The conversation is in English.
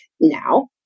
now